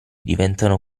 diventano